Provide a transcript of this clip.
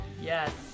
Yes